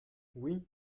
oui